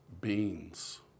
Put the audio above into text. Beans